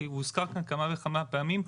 כי הוא הוזכר כאן כמה וכמה פעמים,